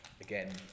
again